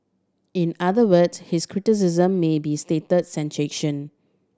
in other words his criticism may be state sanction